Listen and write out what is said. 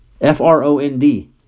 F-R-O-N-D